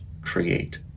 create